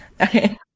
Okay